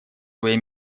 свои